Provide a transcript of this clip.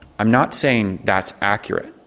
i'm not saying that's accurate.